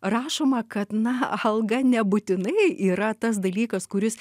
rašoma kad na alga nebūtinai yra tas dalykas kuris